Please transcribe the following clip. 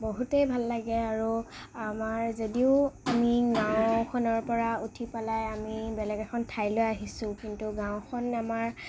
বহুতেই ভাল লাগে আৰু আমাৰ যদিও আমি গাওঁখনৰপৰা উঠি পেলাই আমি বেলেগ এখন ঠাইলৈ আহিছোঁ কিন্তু গাওঁখন আমাৰ